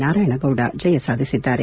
ನಾರಾಯಣಗೌಡ ಜಯ ಸಾಧಿಸಿದ್ದಾರೆ